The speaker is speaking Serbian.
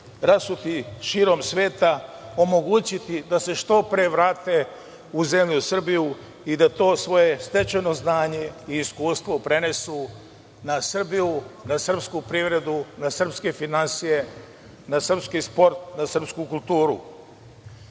rasuti širom sveta omogućiti da se što pre vrate u zemlju Srbiju i da to svoje stečeno znanje i iskustvo prenesu na Srbiju, na srpsku privredu, na srpske finansije, na srpski sport, na srpsku kulturu.